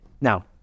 Now